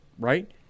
right